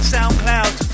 SoundCloud